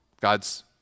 God's